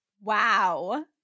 Wow